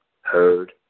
heard